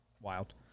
Wild